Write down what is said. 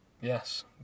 Yes